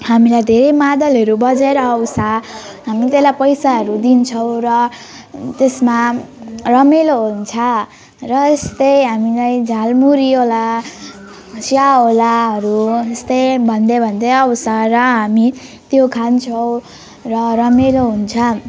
हामीलाई धेरै मादलहरू बजाएर आउँछ हामी त्यसलाई पैसाहरू दिन्छौँ र त्यसमा रमाइलो हुन्छ र यस्तै हामीलाई झालमुरीवाला चियावालाहरू त्यस्तै भन्दै भन्दै आउँछ र हामी त्यो खान्छौँ र रमाइलो हुन्छ